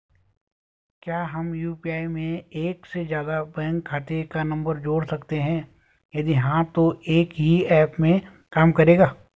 क्या हम यु.पी.आई में एक से ज़्यादा बैंक खाते का नम्बर जोड़ सकते हैं यदि हाँ तो एक ही ऐप में काम करेगा?